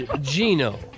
Gino